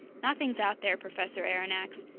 nothing's out there, professor aronnax,